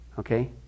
Okay